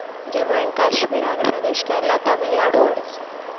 Jammu and Kashmir Andhra Pradesh Kerala Tamil Nadu Odisha